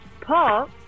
Paul